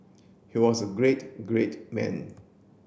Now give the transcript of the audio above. he was a great great man